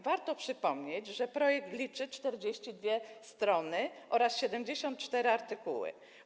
Warto przypomnieć, że projekt liczy 42 strony, ma 74 artykuły.